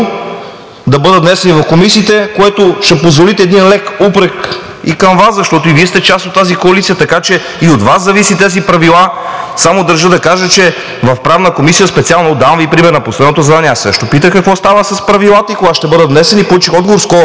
да бъдат внесени в комисиите. Ще позволите един лек упрек и към Вас, защото и Вие сте част от тази коалиция, така че и от Вас зависи. Държа да кажа, че в Правната комисия – давам Ви пример – на последното заседание аз също питах какво става с Правилата и кога ще бъдат внесени. Получих отговор – скоро.